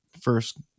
first